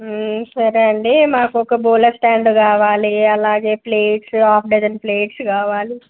సరే అండి మాకు ఒక బౌల్ స్టాండ్ కావాలి అలాగే ప్లేట్స్ హాఫ్ డజన్ ప్లేట్స్ కావాలి